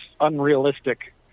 unrealistic